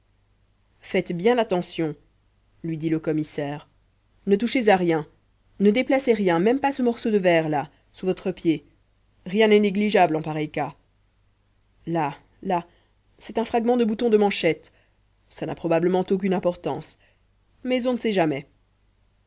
faites bien attention lui dit le commissaire ne touchez à rien ne déplacez rien même pas ce morceau de verre là sous votre pied rien n'est négligeable en pareil cas là là c'est un fragment de bouton de manchette ça n'a probablement aucune importance mais on ne sait jamais